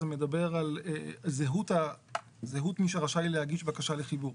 זה מדבר על זהות מי שרשאי להגיש בקשה לחיבור.